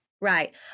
Right